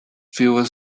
fewer